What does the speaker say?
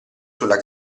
sulla